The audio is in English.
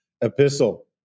Epistle